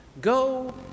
Go